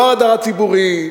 לא הרדאר הציבורי.